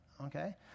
okay